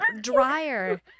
dryer